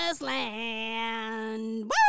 land